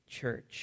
church